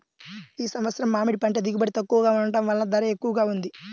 ఈ సంవత్సరం మామిడి పంట దిగుబడి తక్కువగా ఉండటం వలన ధర ఎక్కువగా ఉంది